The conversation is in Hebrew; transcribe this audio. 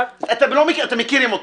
אתם מכירים אותי.